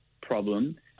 problem